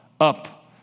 up